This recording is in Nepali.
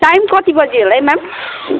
टाइम कति बजी होला है म्याम